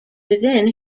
within